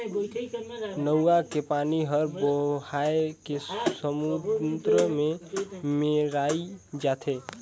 नरूवा के पानी हर बोहाए के समुन्दर मे मेराय जाथे